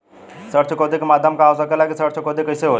ऋण चुकौती के माध्यम का हो सकेला कि ऋण चुकौती कईसे होई?